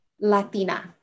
latina